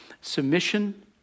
submission